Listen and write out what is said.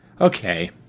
Okay